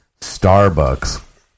Starbucks